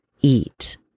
eat